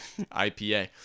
IPA